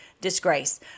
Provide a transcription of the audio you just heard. disgrace